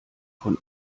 von